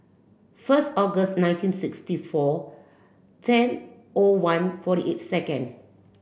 first August nineteen sixty four ten O one forty eight second